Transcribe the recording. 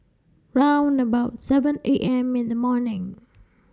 round about seven A M in The morning